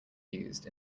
used